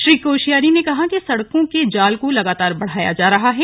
श्री कोश्यारी ने कहा कि सड़कों के जाल को लगातार बढ़ाया जा रहा है